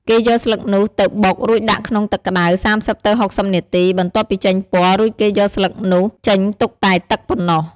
គេយកស្លឹកនោះទៅបុក រួចដាក់ក្នុងទឹកក្ដៅ ៣០ទៅ៦០នាទី បន្ទាប់ពីចេញពណ៌ រួចគេយកស្លឹកនោះចេញទុកតែទឹកប៉ុណ្ណោះ។